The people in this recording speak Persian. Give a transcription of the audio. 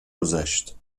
گذشت